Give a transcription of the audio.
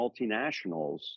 multinationals